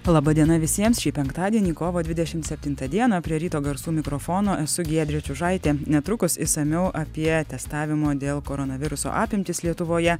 laba diena visiems šį penktadienį kovo dvidešimt septintą dieną prie ryto garsų mikrofono esu giedrė čiužaitė netrukus išsamiau apie testavimo dėl koronaviruso apimtis lietuvoje